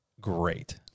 Great